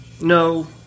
No